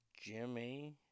Jimmy